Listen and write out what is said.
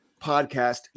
podcast